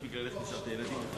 הישיבה הבאה תתקיים ביום